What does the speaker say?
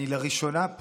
אני לראשונה,